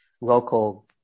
local